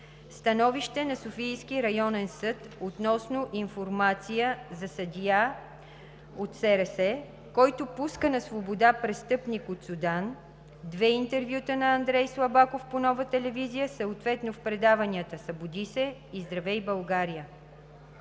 Становище на Софийския районен съд (СРС) относно информация за съдия от СРС, който пуска на свобода „престъпник от Судан“; две интервюта на Андрей Слабаков по Нова телевизия съответно в предаванията „Събуди се!“ и „Здравей, България!“.